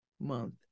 Month